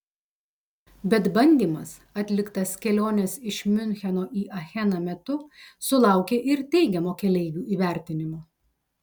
bet bandymas atliktas kelionės iš miuncheno į acheną metu sulaukė ir teigiamo keleivių įvertinimo